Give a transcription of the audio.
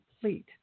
complete